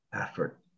effort